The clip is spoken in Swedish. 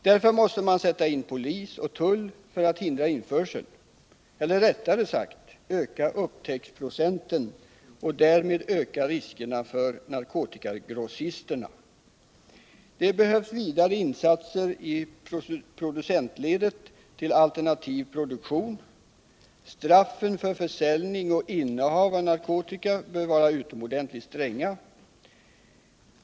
Därför måste man sätta in polis och tull för att hindra införseln, eller rättare sagt öka upptäcksprocenten och därmed öka riskerna för narkotikagrossisterna. Det behövs vidare insatser i producentledet för alternativ produktion. Straffen för försäljning och innehav av narkotika bör vara utomordentligt stränga.